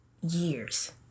years